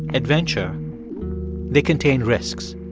adventure they contain risks.